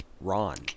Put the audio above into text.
Ron